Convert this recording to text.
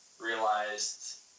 realized